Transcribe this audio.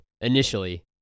initially